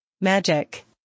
magic